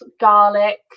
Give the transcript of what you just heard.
garlic